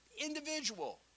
individual